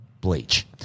bleach